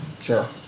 Sure